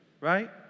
Right